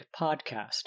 Podcast